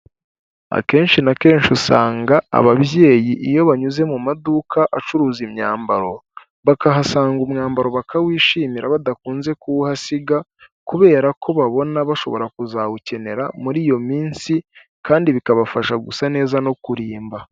Akenshi na kenshi usanga ababyeyi iyo banyuze mu maduka acuruza imyambaro, bakahasanga umwambaro bakawishimira badakunze kuwuhasiga kubera ko babona bashobora kuzawukenera muri iyo minsi kandi bikabafasha gusa neza no kurimba.